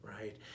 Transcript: Right